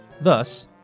Thus